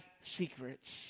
secrets